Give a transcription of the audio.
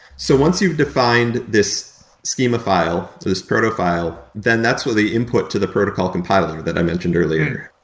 so once you've defined this schema file, this proto file, then that's what they input to the protocol compiler that i mentioned earlier,